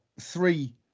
three